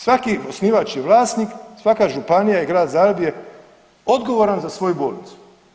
Svaki osnivač je vlasnik, svaka županija i Grad Zagreb je odgovoran za svoju bolnicu.